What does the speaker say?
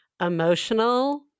emotional